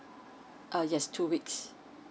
uh yes two weeks